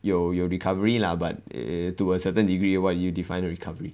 有有 recovery lah but eh to a certain degree what you define recovery